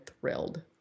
thrilled